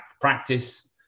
practice